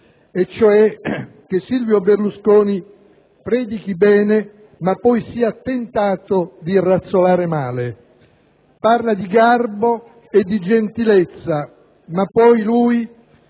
e cioè che Silvio Berlusconi predichi bene, ma poi sia tentato di razzolare male: parla di garbo e di gentilezza, ma poi lui,